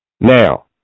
Now